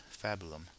fabulum